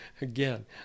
Again